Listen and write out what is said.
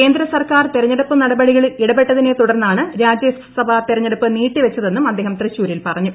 കേന്ദ്ര സ്ർക്കാർ തെരഞ്ഞെടുപ്പ് നടപടികളിൽ ഇടപെട്ടതിനെ തുടർന്നാണ് രാജ്യസഭാ തെരഞ്ഞെടുപ്പ് നീട്ടി വെച്ചതെന്നും അദ്ദേഹം തൃശൂരിൽ പറഞ്ഞു